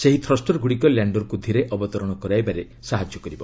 ଏହି ଥ୍ରଷ୍ଟରଗୁଡ଼ିକ ଲ୍ୟାଣ୍ଡରକୁ ଧୂରେ ଅବତରଣ କରିବାରେ ସାହାଯ୍ୟ କରିବ